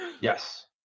Yes